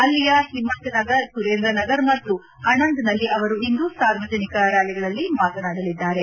ಅಲ್ಲಿಯ ಹಿಮ್ನತ್ನಗರ್ ಸುರೇಂದ್ರನಗರ್ ಮತ್ತು ಆಣಂದ್ನಲ್ಲಿ ಅವರು ಇಂದು ಸಾರ್ವಜನಿಕ ರ್ನಾಲಿಗಳಲ್ಲಿ ಮಾತನಾಡಲಿದ್ದಾರೆ